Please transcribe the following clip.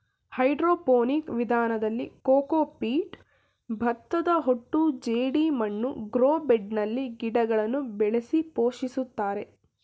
hydroponic ವಿಧಾನದಲ್ಲಿ cocopeat, ಭತ್ತದಹೊಟ್ಟು ಜೆಡಿಮಣ್ಣು ಗ್ರೋ ಬೆಡ್ನಲ್ಲಿ ಗಿಡಗಳನ್ನು ಬೆಳೆಸಿ ಪೋಷಿಸುತ್ತಾರೆ